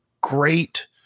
great